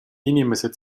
inimesed